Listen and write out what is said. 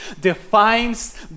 defines